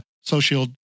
Social